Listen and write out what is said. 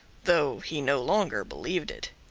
though he no longer believed it.